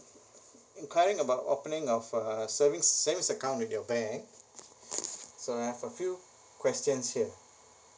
regarding about opening of a service saving accounts with your bank so I have a few questions here